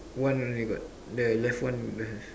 one only got the left one don't have